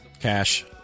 Cash